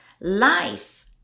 life